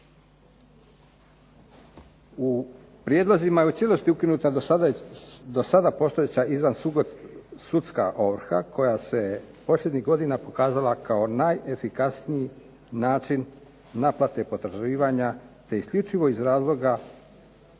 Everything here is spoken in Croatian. U prijedlozima je u cijelosti ukinuta dosada postojeća izvansudska ovrha koja se posljednjih godina pokazala kao najefikasniji način naplate potraživanja te isključivo iz razloga